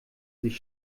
sich